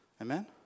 Amen